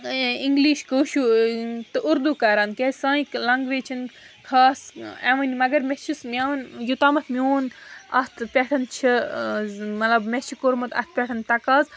English کٲشوٗ تہٕ اُردو کَران کیازِ سانہِ لنٛگویج چھِنہٕ خاص ایوٕنۍ مگر مےٚ چھُس میون یوٚتامَتھ میون اَتھ پٮ۪ٹھ چھِ مطلب مےٚ چھُ کوٚرمُت اَتھ پٮ۪ٹھ تقاض